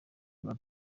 rwa